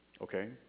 Okay